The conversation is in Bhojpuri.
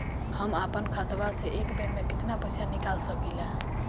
हम आपन खतवा से एक बेर मे केतना पईसा निकाल सकिला?